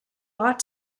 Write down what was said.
ought